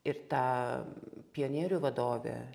ir ta pionierių vadovė